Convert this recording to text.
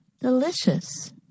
Delicious